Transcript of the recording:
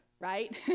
right